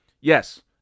yes